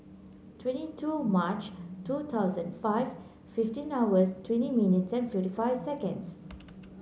twenty two March two thousand five fifteen hours twenty minutes and fifty five seconds